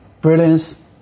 brilliance